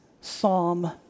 psalm